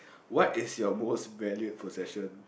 what is your most valued possession